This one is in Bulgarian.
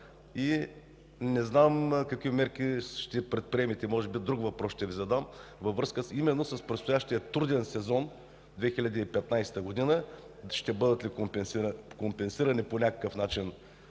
Не знам какви мерки ще предприемете, може би друг въпрос ще Ви задам във връзка с предстоящия труден сезон – 2015 г. Ще бъдат ли компенсирани по някакъв начин